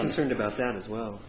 concerned about them as well